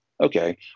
Okay